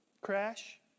crash